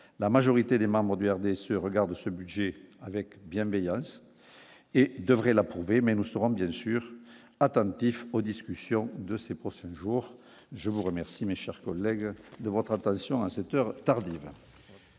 la majorité des membres du RDSE regarde ce budget avec bienveillance et devrait l'approuver, mais nous serons bien sûr attentif aux discussions de ces procès, un jour, je vous remercie, mes chers collègues de votre attention à cette heure tardive.